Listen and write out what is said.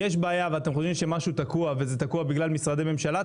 אם יש בעיה ואתם חושבים שמשהו תקוע וזה תקוע בגלל משרדי ממשלה,